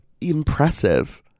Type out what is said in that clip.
impressive